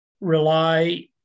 rely